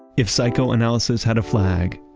if psychoanalysis had a flag,